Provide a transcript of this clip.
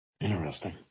Interesting